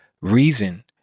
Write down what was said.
reason